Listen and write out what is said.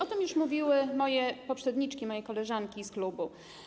O tym już mówiły moje poprzedniczki, moje koleżanki z klubu.